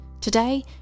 Today